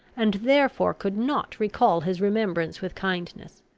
and therefore could not recall his remembrance with kindness.